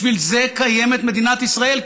בשביל זה קיימת מדינת ישראל,